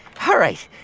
all right.